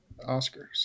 Oscars